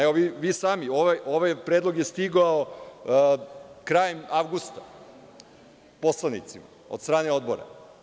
Evo, ovaj predlog je stigao krajem avgusta poslanicima od strane Odbora.